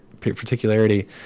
particularity